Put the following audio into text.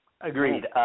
Agreed